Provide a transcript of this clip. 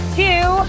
two